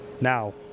Now